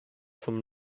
from